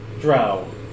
drow